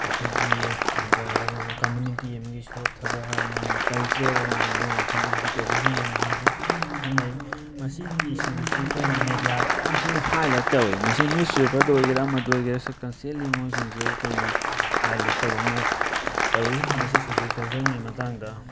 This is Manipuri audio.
ꯑꯩꯈꯣꯏꯒꯤ ꯀꯝꯃꯨꯅꯤꯇꯤ ꯑꯃꯒꯤ ꯁꯣꯠꯊꯕ ꯃꯥꯒꯤ ꯀꯜꯆꯔ ꯃꯥꯒꯤ ꯃꯌꯥꯝꯁꯤꯡ ꯑꯁꯤ ꯇ꯭ꯔꯦꯗꯤꯁꯅꯦꯜ ꯃꯌꯥꯝꯁꯤꯡ ꯑꯁꯤ ꯈꯟꯅꯩ ꯃꯁꯤꯒꯤ ꯁꯨꯝꯕꯁꯤ ꯑꯩꯈꯣꯏꯅ ꯃꯦꯗꯤꯌꯥꯗ ꯌꯥꯝ ꯊꯤꯅ ꯍꯥꯏꯂꯥꯏꯠ ꯇꯧꯋꯤ ꯃꯁꯤ ꯅꯤꯌꯨꯖ ꯄꯦꯄꯔꯗ ꯑꯣꯏꯒꯦꯔꯥ ꯑꯃꯗ ꯑꯣꯏꯒꯦꯔꯥ ꯁꯕꯀꯟꯁꯇꯦꯟꯂꯤ ꯃꯈꯣꯏꯁꯤꯡꯁꯦ ꯑꯩꯈꯣꯏꯅ ꯍꯥꯏꯂꯥꯏꯠ ꯇꯧꯕ ꯑꯃ ꯇꯧꯋꯤ ꯃꯁꯤ ꯁꯣꯁꯦꯜ ꯀꯜꯆꯔꯦꯜꯒꯤ ꯃꯇꯥꯡꯗ